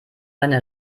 seine